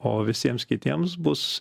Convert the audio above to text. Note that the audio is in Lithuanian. o visiems kitiems bus